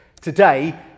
today